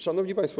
Szanowni Państwo!